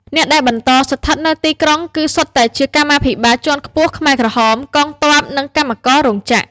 អ្នកដែលបន្តស្ថិតនៅក្នុងទីក្រុងគឺសុទ្ធតែជាកម្មាភិបាលជាន់ខ្ពស់ខ្មែរក្រហម កងទ័ព និងកម្មកររោងចក្រ។